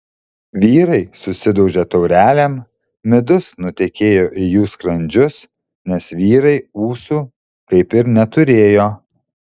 vyrai susidaužė taurelėm midus nutekėjo į jų skrandžius nes vyrai ūsų kaip ir neturėjo